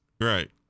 Right